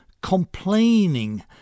complaining